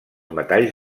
metalls